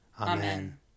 Amen